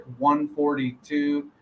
142